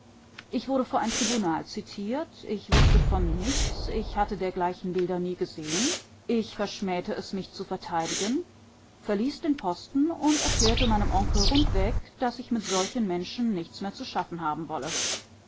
ich wurde vor ein tribunal zitiert ich wußte von nichts ich hatte dergleichen bilder nie gesehen ich verschmähte es mich zu verteidigen verließ den posten und erklärte meinem onkel rundweg daß ich mit solchen menschen nichts mehr zu schaffen haben wolle